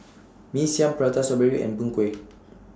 Mee Siam Prata Strawberry and Png Kueh